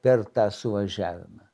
per tą suvažiavimą